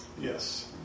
Yes